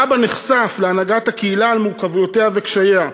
ואבא נחשף להנהגת הקהילה על מורכבויותיה וקשייה.